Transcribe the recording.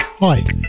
Hi